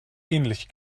ähnlich